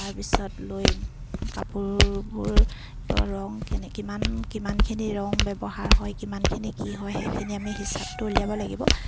তাৰপিছত লৈ কাপোৰবোৰ ৰং কেনে কিমান কিমানখিনি ৰং ব্যৱহাৰ হয় কিমানখিনি কি হয় সেইখিনি আমি হিচাপটো উলিয়াব লাগিব